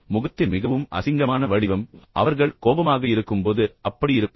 முகத்தின் மிகவும் அசிங்கமான வடிவம் அவர்கள் கோபமாக இருக்கும்போது அவர்கள் அதை கொண்டிருப்பார்கள்